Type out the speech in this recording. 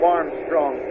Armstrong